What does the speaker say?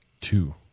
Two